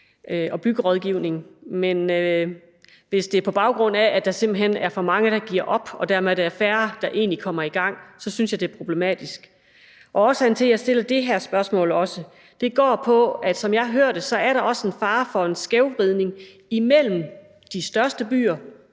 og byggerådgivning, men hvis det er på baggrund af, at der simpelt hen er for mange, der giver op, og at der dermed er færre, der egentlig kommer i gang, så synes jeg, det er problematisk. Årsagen til, at jeg stiller det her spørgsmål, er også, at der, som jeg hører det, er en fare for en skævvridning imellem de største byer